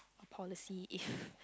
policy if